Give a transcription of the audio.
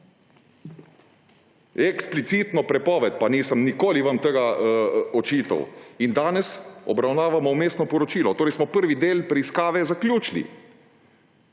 Eksplicitno prepoved, pa vam nisem nikoli tega očital. In danes obravnavamo vmesno poročilo. Torej smo prvi del preiskave zaključili.